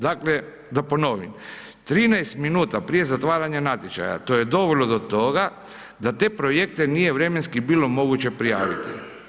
Dakle, da ponovim, 13 minuta prije zatvaranja natječaja, to je dovelo do toga da te projekte nije vremenski bilo moguće prijaviti.